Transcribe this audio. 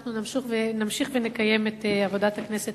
אנחנו נמשיך ונקיים את עבודת הכנסת